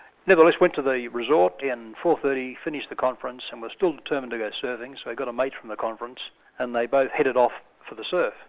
nevertheless, went to the resort and four. thirty finished the conference, and was still determined to go surfing, so he got a mate from the conference and they both headed off for the surf.